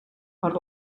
per